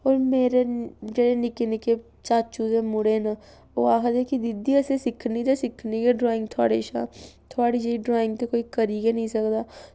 होर मेरे जेह्ड़े निक्के निक्के चाचू दे मुड़े न ओह् आखदे कि दीदी असें सिक्खनी ते सिक्खनी गै ड्राइंग थुआढ़े शा थुआढ़े जेही ड्राइंग ते कोई करी गै निं सकदा